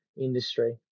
industry